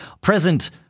present